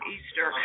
Easter